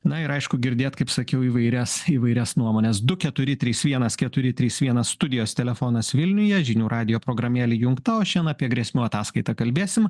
na ir aišku girdėt kaip sakiau įvairias įvairias nuomones du keturi trys vienas keturi trys vienas studijos telefonas vilniuje žinių radijo programėlė įjungta o šiandien apie grėsmių ataskaitą kalbėsim